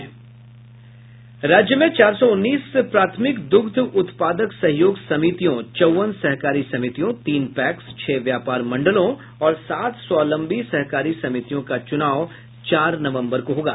राज्य में चार सौ उन्नीस प्राथमिक द्रग्ध उत्पादक सहयोग समितियों चौवन सहकारी समितियों तीन पैक्स छह व्यापार मंडलों और सात स्वावलंबी सहकारी समितियों का चूनाव चार नवम्बर को होगा